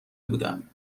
بودم